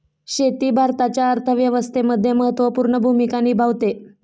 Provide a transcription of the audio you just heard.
शेती भारताच्या अर्थव्यवस्थेमध्ये महत्त्वपूर्ण भूमिका निभावते